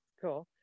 Cool